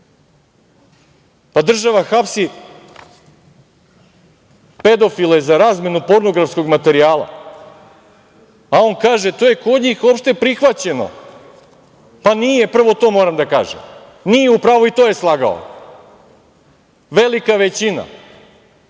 hapsi pedofile za razmenu pornografskog materijala, a on kaže – to je kod njih opšte prihvaćeno. Pa nije, prvo to moram da kažem. Nije u pravu i to je slagao. Kod velike većine